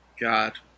God